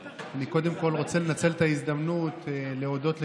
אני קודם כול רוצה לנצל את ההזדמנות להודות לכולם,